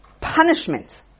punishment